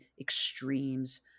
extremes